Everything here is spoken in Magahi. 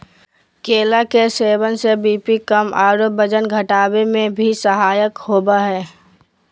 केला के सेवन से बी.पी कम आरो वजन घटावे में भी सहायक होबा हइ